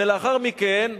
ולאחר מכן,